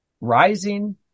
rising